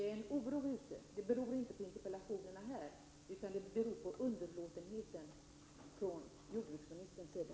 Oron ute bland bönderna beror inte på de interpellationer som framställs här, utan den beror på underlåtenheten från jordbruksministerns sida.